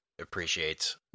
appreciates